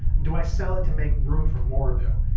do i sell it to make room for more though?